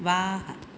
वाह